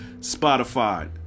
Spotify